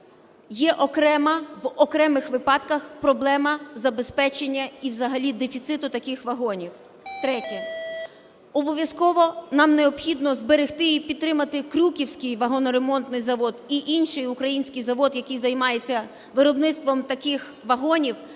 в окремих випадках проблема забезпечення і взагалі дефіциту таких вагонів. Третє. Обов'язково нам необхідно зберегти і підтримати Крюківський вагоноремонтний завод і інший український завод, який займається виробництвом таких вагонів,